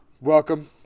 Welcome